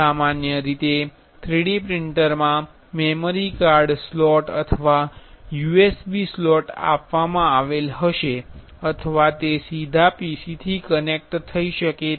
સામાન્ય રીતે 3D પ્રિંટરમાં મેમરી કાર્ડ સ્લોટ અથવા USB સ્લોટ હશે અથવા તે સીધા PCથી કનેક્ટ થઈ શકે છે